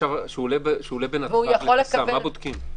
כשהוא עולה בנתב"ג, מה בודקים?